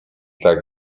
tak